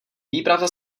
výprava